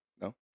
No